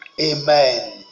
Amen